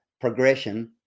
progression